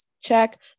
check